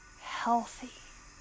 healthy